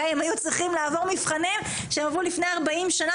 הם היו צריכים לעבור מבחנים שהם עברו לפני ארבעים שנה,